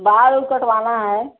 बाल कटवाना है